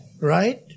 Right